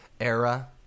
era